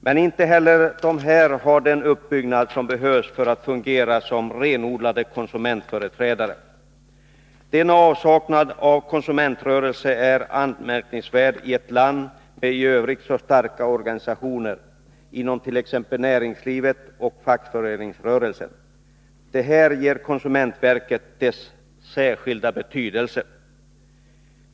Men inte heller dessa har den uppbyggnad som behövs för att fungera som renodlade konsumentföreträdare. Denna avsaknad av konsumentrörelse är anmärkningsvärd i ett land med i övrigt så starka organisationer, inom t.ex. näringslivet och fackföreningsrörelsen. Detta ger konsumentverket dess särskilda betydelse.